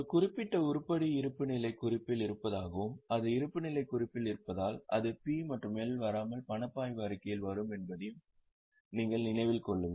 ஒரு குறிப்பிட்ட உருப்படி இருப்புநிலைக் குறிப்பில் இருப்பதாகவும் அது இருப்புநிலைக் குறிப்பில் இருப்பதால் அது P மற்றும் L வராமல் பணப்பாய்வு அறிக்கையில் வரும் என்பதையும் நீங்கள் நினைவில் கொள்ளுங்கள்